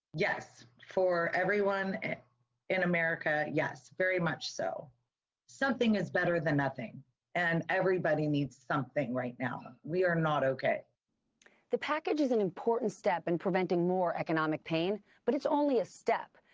yes for everyone in america, yes very much so something is better than nothing and everybody needs something right now. we are not okay. reporter the package is an important step in preventing more economic pain but it's only a step.